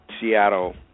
Seattle